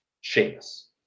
Sheamus